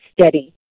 steady